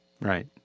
Right